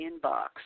inbox